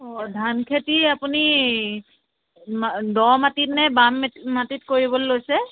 অ ধান খেতি আপুনি মা দ' মাটিত নে বাম মাটি মাটিত কৰিবলৈ লৈছে